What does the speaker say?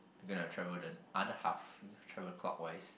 we gonna travel the other half we gonna travel clockwise